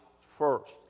first